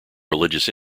religious